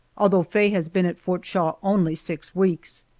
although faye has been at fort shaw only six weeks.